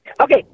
Okay